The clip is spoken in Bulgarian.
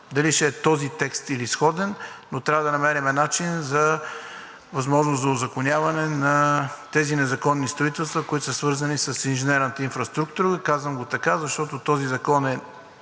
Дали ще е този текст, или сходен, но трябва да намерим начин за възможност за узаконяване на тези незаконни строителства, които са свързани с инженерната инфраструктура. Казвам го така, защото този закон ще